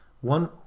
one